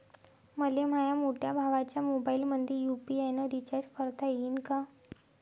मले माह्या मोठ्या भावाच्या मोबाईलमंदी यू.पी.आय न रिचार्ज करता येईन का?